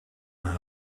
maar